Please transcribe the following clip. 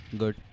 good